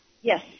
Yes